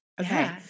Okay